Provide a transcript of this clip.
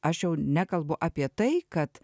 aš jau nekalbu apie tai kad